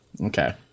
Okay